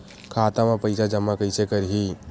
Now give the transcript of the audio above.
खाता म पईसा जमा कइसे करही?